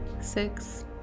six